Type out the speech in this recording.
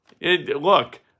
Look